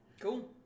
Cool